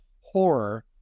horror